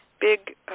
big